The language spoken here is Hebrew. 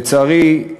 לצערי,